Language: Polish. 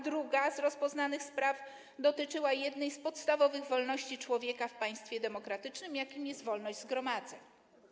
Druga z rozpoznanych spraw dotyczyła jednej z podstawowych wolności człowieka w państwie demokratycznym, jakim jest wolność zgromadzeń.